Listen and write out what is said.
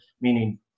meaning